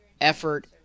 effort